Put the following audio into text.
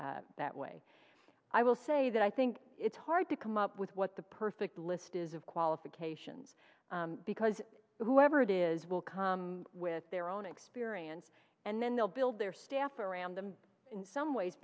that way i will say that i think it's hard to come up with what the perfect list is of qualifications because whoever it is will come with their own experience and then they'll build their staff around them in some ways